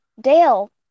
Dale